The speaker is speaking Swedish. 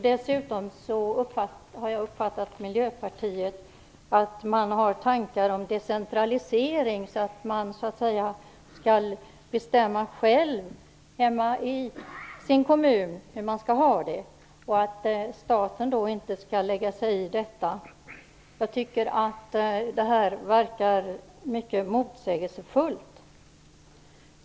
Dessutom har jag uppfattat att Miljöpartiet har tankar om decentralisering, att man så att säga skall bestämma själv hemma i sin kommun hur man skall ha det och att staten då inte skall lägga sig i detta. Jag tycker att det här verkar mycket motsägelsefullt.